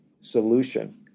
solution